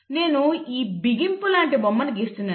నేను ఈ బిగింపు లాంటి బొమ్మను గీస్తున్నాను